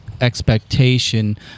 expectation